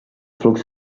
flux